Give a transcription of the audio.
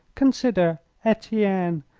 consider, etienne,